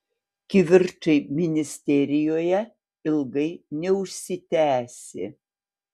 kivirčai ministerijoje ilgai neužsitęsė